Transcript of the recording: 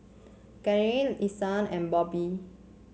Gaither Isai and Bobbi